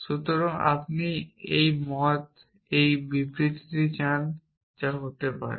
সুতরাং আপনি এই মত একটি বিবৃতি চান হতে পারে